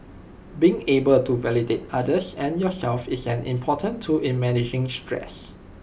being able to validate others and yourself is an important tool in managing stress